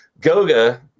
Goga